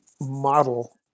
model